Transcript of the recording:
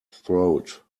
throat